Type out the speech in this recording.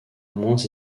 moins